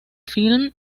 film